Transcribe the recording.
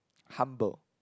humble